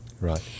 right